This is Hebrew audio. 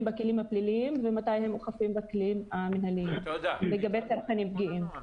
בכלים הפליליים ומתי הם אוכפים בעלים המינהליים לגבי צרכנים פגיעים.